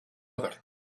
other